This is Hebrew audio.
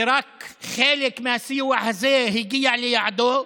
ורק חלק מהסיוע הזה הגיע ליעדו,